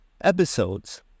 episodes